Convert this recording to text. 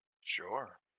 Sure